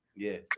yes